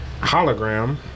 hologram